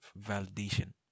validation